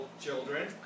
children